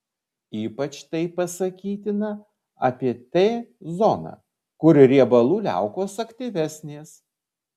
ypač tai pasakytina apie t zoną kur riebalų liaukos aktyvesnės